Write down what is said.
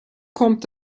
kommt